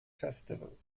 festival